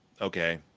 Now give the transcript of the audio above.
okay